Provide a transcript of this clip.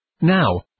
Now